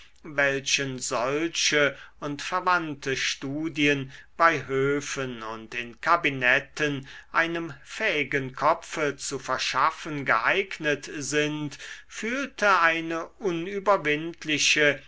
welchen solche und verwandte studien bei höfen und in kabinetten einem fähigen kopfe zu verschaffen geeignet sind fühlte eine unüberwindliche